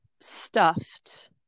stuffed